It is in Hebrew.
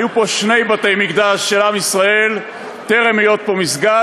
היו פה שני בתי-מקדש של עם ישראל טרם היות פה מסגד,